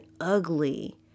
ugly